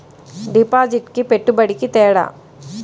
డిపాజిట్కి పెట్టుబడికి తేడా?